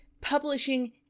publishing